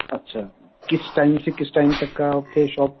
اچھا کس ٹائم سے کس ٹائم تک کا آپ کے شاپ